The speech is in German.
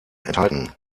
enthalten